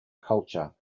culture